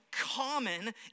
common